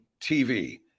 TV